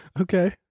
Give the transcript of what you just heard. okay